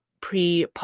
pre